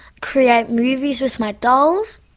create movies with my dolls,